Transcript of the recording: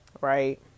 Right